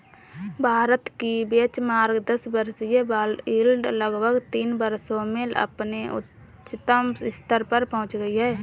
भारत की बेंचमार्क दस वर्षीय बॉन्ड यील्ड लगभग तीन वर्षों में अपने उच्चतम स्तर पर पहुंच गई